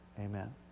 Amen